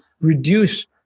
reduce